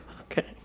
Okay